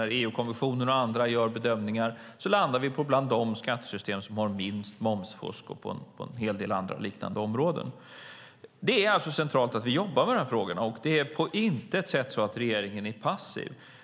När EU-kommissionen och andra gör bedömningar landar vi bland de skattesystem som har minst momsfusk och minst fusk på en hel del andra, liknande områden. Det är alltså centralt att vi jobbar med de här frågorna. Det är på intet sätt så att regeringen är passiv.